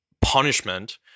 punishment